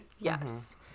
Yes